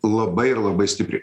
labai ir labai stipriai